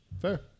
Fair